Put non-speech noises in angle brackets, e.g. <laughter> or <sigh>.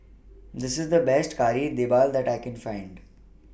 <noise> This IS The Best Kari Debal that I Can Find